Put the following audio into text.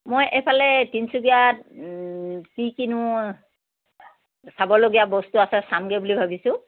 মই এইফালে তিনিচুকীয়াত কি কিনো চাবলগীয়া বস্তু আছে চামগৈ বুলি ভাবিছোঁ